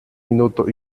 minutos